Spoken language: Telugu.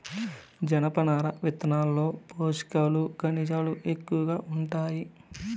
జనపనార విత్తనాల్లో పోషకాలు, ఖనిజాలు ఎక్కువగా ఉంటాయి